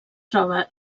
troba